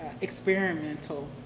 experimental